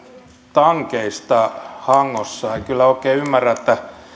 tankeista hangossa en kyllä oikein ymmärrä